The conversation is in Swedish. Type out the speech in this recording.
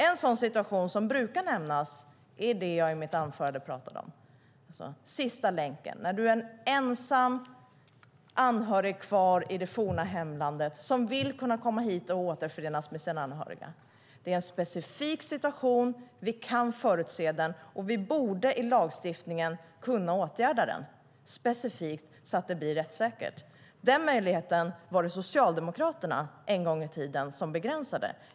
En sådan situation, som brukar nämnas, är den jag talade om i mitt anförande, alltså sista länken - när det är en ensam anhörig kvar i det forna hemlandet som vill kunna komma hit och återförenas med sina anhöriga. Det är en specifik situation, vi kan förutse den och vi borde i lagstiftningen kunna åtgärda den specifikt, så att det blir rättssäkert. Den möjligheten var det en gång i tiden Socialdemokraterna som begränsade.